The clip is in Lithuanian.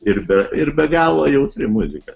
ir be ir be galo jautri muzika